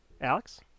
Alex